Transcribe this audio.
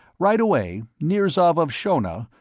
right away, nirzav of shonna,